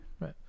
Right